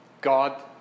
God